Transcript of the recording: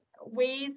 ways